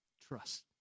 trust